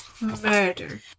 murder